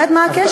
באמת מה הקשר?